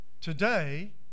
today